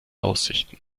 aussichten